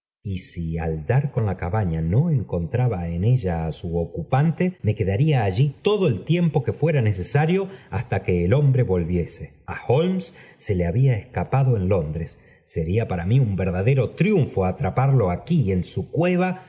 y si al dar con la cabaña no e í n n rab ella á u me quedaría allí todo el tiempo que fuera necesario hasta que el hombre volviese a holmes ee le había escapado en dondres sería para mí un verdadero triunfo atraparlo aquí en su cueva